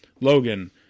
Logan